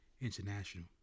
international